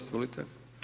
Izvolite.